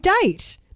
date